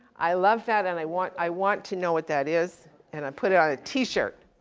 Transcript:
i love that and i want, i want to know what that is and i put it on a t-shirt.